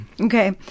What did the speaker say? Okay